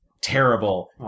terrible